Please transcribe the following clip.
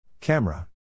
Camera